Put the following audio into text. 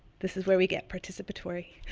this is where we get participatory.